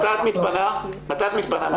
מתי תתפני מהכנס?